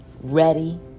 ready